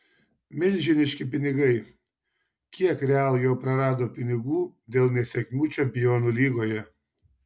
milžiniški pinigai kiek real jau prarado pinigų dėl nesėkmių čempionų lygoje